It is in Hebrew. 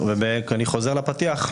אני חוזר לפתיח.